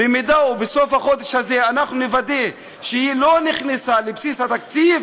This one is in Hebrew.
אם בסוף החודש הזה אנחנו נוודא שהיא לא נכנסה לבסיס התקציב,